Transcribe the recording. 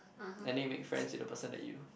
and they make friends with the person that you